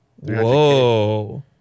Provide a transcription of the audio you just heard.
Whoa